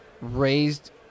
raised